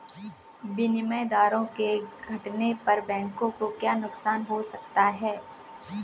विनिमय दरों के घटने पर बैंकों को क्या नुकसान हो सकते हैं?